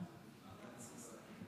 הישיבה,